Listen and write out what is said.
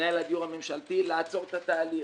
ממנהל הדיור הממשלתי לעצור את התהליך,